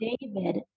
David